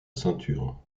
ceinture